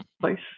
place